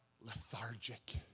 Lethargic